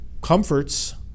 comforts